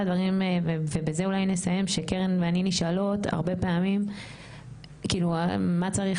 הדברים ובזה אולי נסיים שקרן ואני נשאלות הרבה פעמים כאילו מה צריך